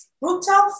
brutal